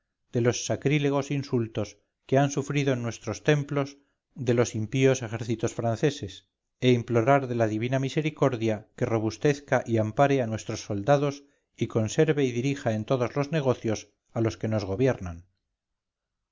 de los sacrílegos insultos que han sufrido en nuestros templos de los impíos ejércitos franceses e implorar de la divina misericordia que robustezca y ampare a nuestros soldados y conserve y dirija en todos los negocios a los que nos gobiernan